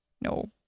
No